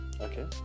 Okay